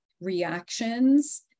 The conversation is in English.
reactions